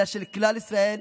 אלא של כלל ישראל.